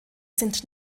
sind